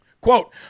Quote